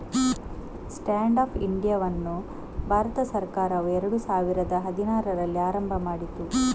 stand up ಇಂಡಿಯಾವನ್ನು ಭಾರತ ಸರ್ಕಾರವು ಎರಡು ಸಾವಿರದ ಹದಿನಾರರಲ್ಲಿ ಆರಂಭ ಮಾಡಿತು